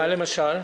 מה למשל?